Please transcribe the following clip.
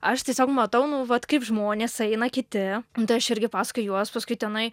aš tiesiog matau nu vat kaip žmonės eina kiti tai aš irgi paskui juos paskui tenai